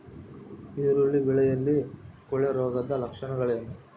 ಈರುಳ್ಳಿ ಬೆಳೆಯಲ್ಲಿ ಕೊಳೆರೋಗದ ಲಕ್ಷಣಗಳೇನು?